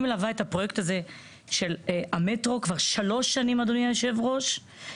אני מלווה את הפרויקט הזה של המטרו כבר שלוש שנים אדוני היושב ראש,